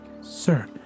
sir